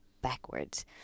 backwards